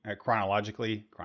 chronologically